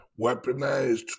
Weaponized